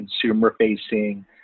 consumer-facing